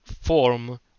form